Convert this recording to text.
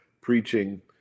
preaching